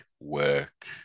work